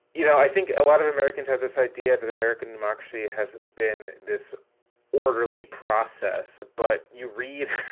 you know, i think a lot of americans have this idea that american democracy has been this orderly process. but you read it,